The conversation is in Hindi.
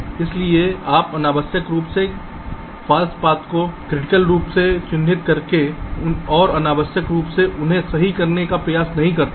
इसलिए आप अनावश्यक रूप से गलत पाथ्स को क्रिटिकल रूप से चिह्नित करके और अनावश्यक रूप से उन्हें सही करने के लिए प्रयास नहीं करते हैं